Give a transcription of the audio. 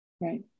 right